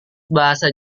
bahasa